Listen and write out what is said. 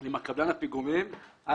עם קבלן הפיגומים על